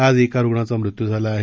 आज एका रुग्णाचा मृत्यू झाला आहे